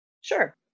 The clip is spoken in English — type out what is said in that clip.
Sure